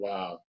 Wow